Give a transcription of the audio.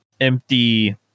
empty